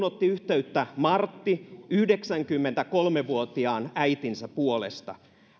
otti yhteyttä martti yhdeksänkymmentäkolme vuotiaan äitinsä puolesta